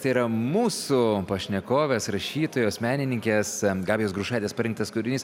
tai yra mūsų pašnekovės rašytojos menininkės gabijos grušaitės parinktas kūrinys